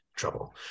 trouble